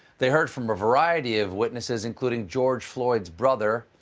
they heard from a variety of witnesses, including george floyd's brother,